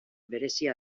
berezia